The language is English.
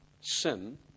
Sin